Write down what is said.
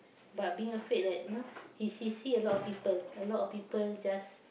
but being afraid that you know she she she see a lot of people a lot of people just